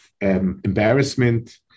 embarrassment